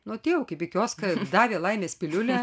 nu atėjau kaip į kioską davė laimės piliulę